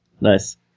Nice